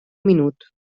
minut